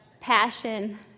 Passion